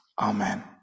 Amen